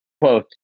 quote